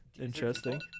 Interesting